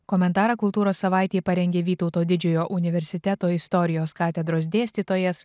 komentarą kultūros savaitei parengė vytauto didžiojo universiteto istorijos katedros dėstytojas